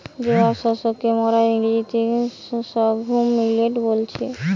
জোয়ার শস্যকে মোরা ইংরেজিতে সর্ঘুম মিলেট বলতেছি